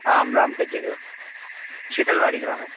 आं राम्टेके एव शीतल्वाडि ग्रामे